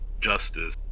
justice